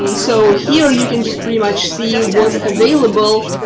um so here you can just pretty much see what's available.